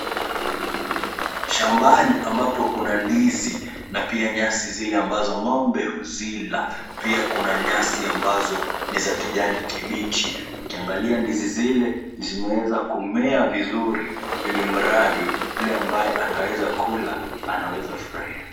Shambani ambapo kuna ndizi na pia nyasi zile ambazo ng'ombe huzila. Pia kuna nyasi ambazo ni za kijani kibichi. Ukiangalia ndizi zile, zimeweza kumea vizuri ili mradi yule ambaye anaweza kula anaweza furahia.